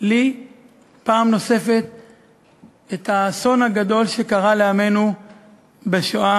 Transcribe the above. לי פעם נוספת את האסון הגדול שקרה לעמנו בשואה,